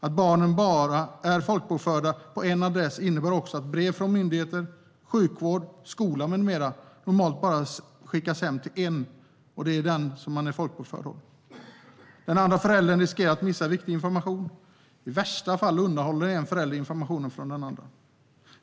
Att barnen bara är folkbokförda på en adress innebär också att brev från myndigheter, sjukvård, skola med mera normalt bara skickas hem till en. Det är till den där barnet är folkbokförd. Den andra föräldern riskerar att missa viktig information, och i värsta fall undanhåller en förälder informationen från den andra.